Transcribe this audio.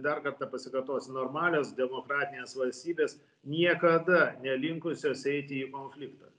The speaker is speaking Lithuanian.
dar kartą pasikartosiu normalios demokratinės valstybės niekada nelinkusios eiti į konfliktą